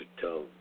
tell